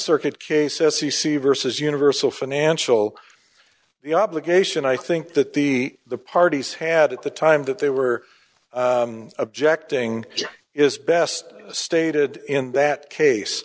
circuit case s e c versus universal financial the obligation i think that the the parties had at the time that they were objecting to is best stated in that case